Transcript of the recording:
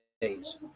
days